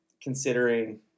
considering